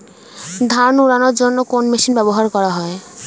ধান উড়ানোর জন্য কোন মেশিন ব্যবহার করা হয়?